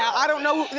i don't know who.